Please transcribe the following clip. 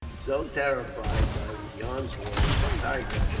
so terrified by the onslaught of the tiger,